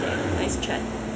nice chat